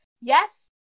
Yes